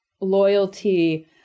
loyalty